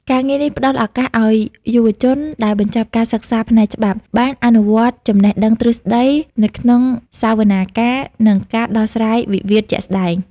ការងារនេះផ្តល់ឱកាសឱ្យយុវជនដែលបញ្ចប់ការសិក្សាផ្នែកច្បាប់ បានអនុវត្តចំណេះដឹងទ្រឹស្តីនៅក្នុងសវនាការ និងការដោះស្រាយវិវាទជាក់ស្តែង។